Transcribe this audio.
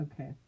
Okay